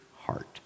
heart